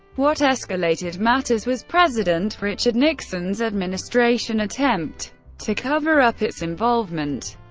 what escalated matters was president richard nixon's administration attempt to cover-up its involvement.